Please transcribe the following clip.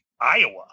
iowa